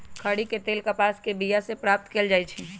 खरि के तेल कपास के बिया से प्राप्त कएल जाइ छइ